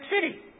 city